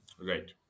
Right